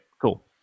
cool